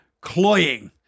cloying